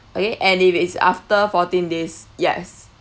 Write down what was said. okay and if it's after fourteen days yes